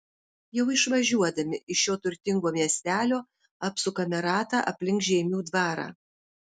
jau išvažiuodami iš šio turtingo miestelio apsukame ratą aplink žeimių dvarą